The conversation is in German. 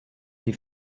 die